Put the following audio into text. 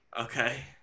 Okay